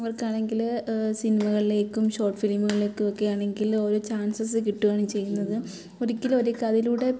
അവർക്കാണെങ്കിൽ സിനിമകളിലേക്കും ഷോർട്ട് ഫിലിമുകളിലേക്കും ഒക്കെ ആണെങ്കിൽ ഓരോ ചാൻസസ് കിട്ടുവാണ് ചെയ്യുന്നത് ഒരിക്കലും അവർക്ക് അതിലൂടെ